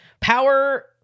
power